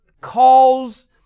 calls